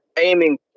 aiming